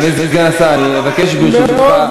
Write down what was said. אדוני, סגן השר, אני אבקש, ברשותך,